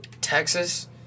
Texas